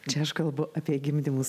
čia aš kalbu apie gimdymus